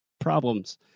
problems